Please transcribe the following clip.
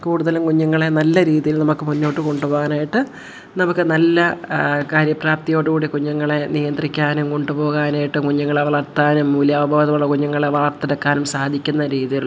കൂടുതലും കുഞ്ഞുങ്ങളേ നല്ല രീതിയിൽ നമുക്ക് മുന്നോട്ടു കൊണ്ട് പോകാനായിട്ട് നമുക്ക് നല്ല കാര്യപ്രാപ്തിയോടു കൂടി കുഞ്ഞുങ്ങളേ നിയന്ത്രിക്കാനും കൊണ്ടു പോകാനായിട്ടും കുഞ്ഞുങ്ങളേ വളർത്താനും മൂല്യബോധമുള്ള കുഞ്ഞുങ്ങളേ വാർത്തെടുക്കാനും സാധിക്കുന്ന രീതിയിലുള്ള